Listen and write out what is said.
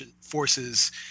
forces